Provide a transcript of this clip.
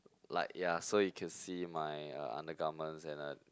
like ya so you can see my uh undergarments and uh